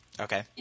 Okay